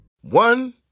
One